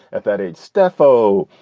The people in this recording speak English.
at that age, steph oh,